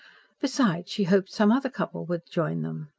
besides, she hoped some other couple would join them.